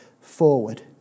forward